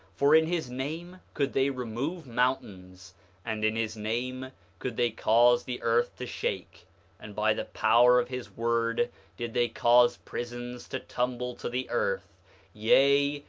for in his name could they remove mountains and in his name could they cause the earth to shake and by the power of his word did they cause prisons to tumble to the earth yea,